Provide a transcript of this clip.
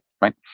right